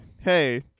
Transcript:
Hey